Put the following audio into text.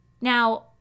Now